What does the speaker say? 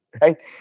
right